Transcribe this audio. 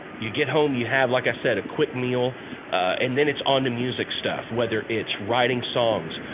you? get home you have like i said a quick meal and then it's on to music stuff whether it's writing songs,